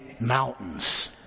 mountains